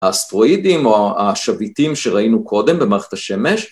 האסטרואידים או השביטים שראינו קודם במערכת השמש.